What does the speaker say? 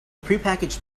prepackaged